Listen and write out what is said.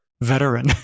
veteran